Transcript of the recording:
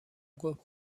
گفت